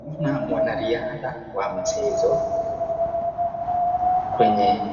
Kuna mwanariadha wa mchezo kwenye